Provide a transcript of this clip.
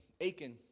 Aiken